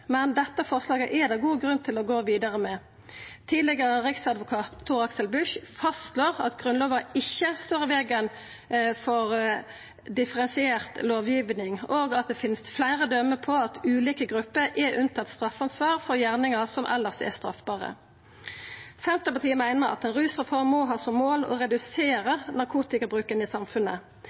men dette forslaget er det god grunn til å gå vidare med. Tidlegare riksadvokat Tor-Aksel Busch fastslår at Grunnlova ikkje står i vegen for differensiert lovgiving, og at det finst fleire døme på at ulike grupper er unntatt straffansvar for gjerningar som elles er straffbare. Senterpartiet meiner at ei rusreform må ha som mål å redusera narkotikabruken i samfunnet.